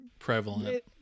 prevalent